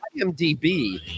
IMDb